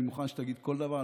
אני מוכן שתגיד כל דבר,